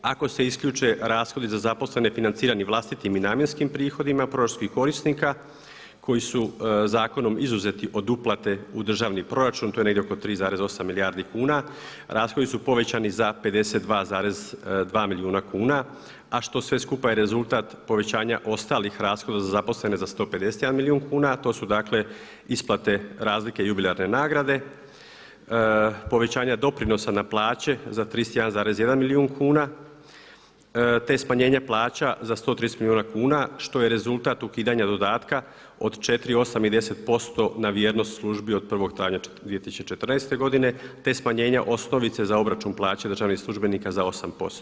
Ako se isključe rashodi za zaposlene financirani vlastitim i namjenskim prihodima proračunskih korisnika koji su zakonom izuzeti od uplate u državni proračun to je negdje oko 3,8 milijardi kuna, rashodi su povećani za 52,2 milijuna kuna a što sve skupa je rezultat povećanja ostalih rashoda za zaposlene za 151 milijun kuna a to su dakle isplate razlike jubilarne nagrade, povećanja doprinosa za plaće za 31,1 milijun kuna te smanjenja plaća za 130 milijuna kuna što je rezultat ukidanja dodatka od 4, 8 i 10% na vjernost službi od 1. travnja 2014. godine te smanjenja osnovica za obračun plaća državnih službenika za 8%